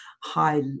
high